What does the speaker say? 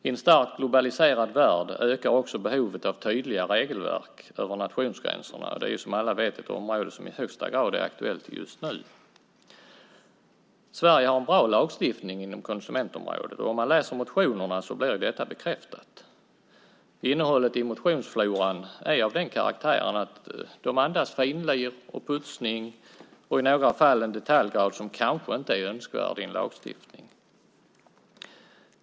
I en starkt globaliserad värld ökar också behovet av tydliga regelverk över nationsgränserna, och det är ju som alla vet ett område som i högsta grad är aktuellt just nu. Sverige har en bra lagstiftning inom konsumentområdet, och om man läser motionerna blir detta bekräftat. Innehållet i motionsfloran är av den karaktären att det andas finlir och putsning och i några fall en detaljgrad som kanske inte är önskvärd i en lagstiftning.